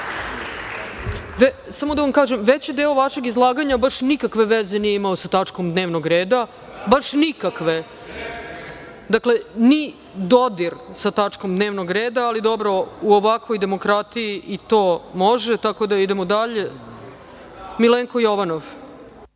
da vam kažem, veći deo vašeg izlaganja baš nikakve veze nije imao sa tačkom dnevnog reda. Baš nikakve. Dakle, ni dodir sa tačkom dnevnog reda, ali dobro, u ovakvoj demokratiji i to može. Tako da, idemo dalje. Reč ima Milenko Jovanov.